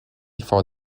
for